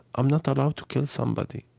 i'm not allowed to kill somebody.